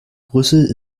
brüssel